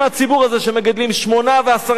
שמגדלים שמונה ועשרה ילדים?